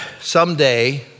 someday